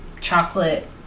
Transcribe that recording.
chocolate